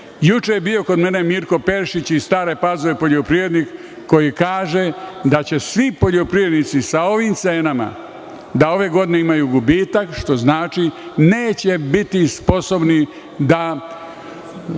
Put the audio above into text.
juče je bio kod mene Mirko Perišić, iz Stare Pazove poljoprivrednik, koji kaže da će svi poljoprivrednici sa ovim cenama ove godine imati gubitak, što znači da neće biti sposobni da